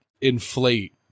inflate